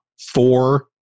four